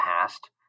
past